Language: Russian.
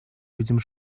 людям